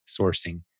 sourcing